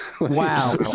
Wow